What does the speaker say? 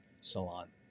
salon